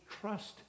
trust